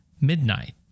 midnight